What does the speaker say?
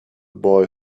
boy